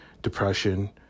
depression